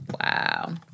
wow